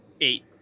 Eight